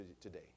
today